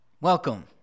Welcome